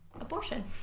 Abortion